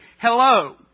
hello